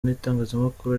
n’itangazamakuru